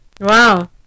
wow